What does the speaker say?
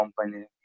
company